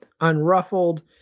unruffled